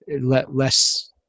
less